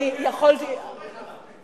אם אתה מודאג, זה אומר שאתה לא סומך עליו.